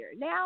Now